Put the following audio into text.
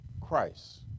Christ